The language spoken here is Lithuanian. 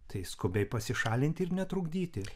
tai skubiai pasišalinti ir netrukdyti